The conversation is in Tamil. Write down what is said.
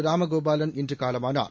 இராம கோபாலன் இன்று காலமானார்